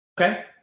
Okay